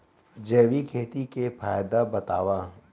जैविक खेती के फायदा बतावा?